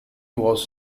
was